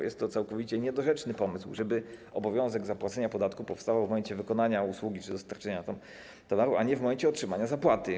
Jest to całkowicie niedorzeczny pomysł, żeby obowiązek zapłacenia podatku powstawał w momencie wykonania usługi czy dostarczenia towaru, a nie w momencie otrzymania zapłaty.